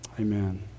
Amen